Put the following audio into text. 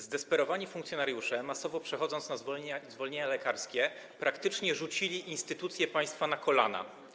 Zdesperowani funkcjonariusze, masowo przechodząc na zwolnienia lekarskie, praktycznie rzucili instytucję państwa na kolana.